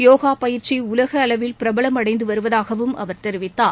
யோகா பயிற்சி உலகளவில் பிரபலம் அடைந்து வருவதாகவும் அவர் தெரிவித்தார்